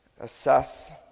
assess